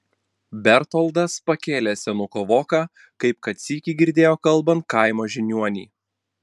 bertoldas pakėlė senuko voką kaip kad sykį girdėjo kalbant kaimo žiniuonį